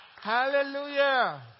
Hallelujah